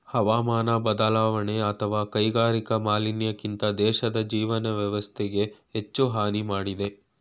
ಹವಾಮಾನ ಬದಲಾವಣೆ ಅತ್ವ ಕೈಗಾರಿಕಾ ಮಾಲಿನ್ಯಕ್ಕಿಂತ ದೇಶದ್ ಜೀವನ ವ್ಯವಸ್ಥೆಗೆ ಹೆಚ್ಚು ಹಾನಿ ಮಾಡಿದೆ